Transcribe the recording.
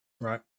Right